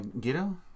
Ghetto